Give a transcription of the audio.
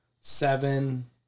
seven